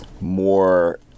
more